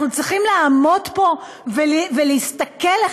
אנחנו גם צריכים לעמוד פה ולהסתכל זה